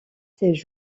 seize